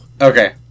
Okay